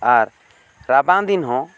ᱟᱨ ᱨᱟᱵᱟᱝ ᱫᱤᱱ ᱦᱚᱸ